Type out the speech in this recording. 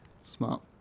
Smart